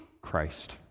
Christ